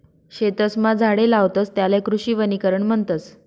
शेतसमा झाडे लावतस त्याले कृषी वनीकरण म्हणतस